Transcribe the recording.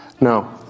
No